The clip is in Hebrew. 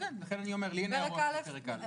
כן, לכן אני אומר שלי אין הערות לפרק א'.